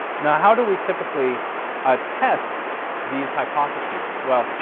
now, how do we typically ah test these hypotheses? well,